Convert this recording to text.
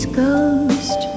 ghost